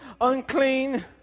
unclean